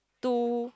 two